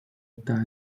iddia